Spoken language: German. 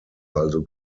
also